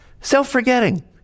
Self-forgetting